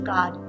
God